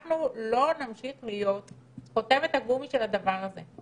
שאנחנו לא נמשיך להיות חותמת הגומי של הדבר הזה.